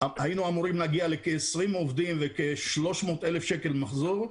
היינו אמורים להגיע לכ-20 עובדים וכ-300,000 שקל מחזור,